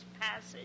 Passage